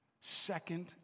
Second